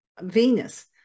Venus